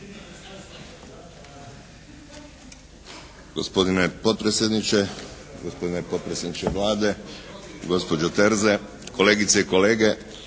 Hvala vam